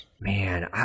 man